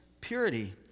purity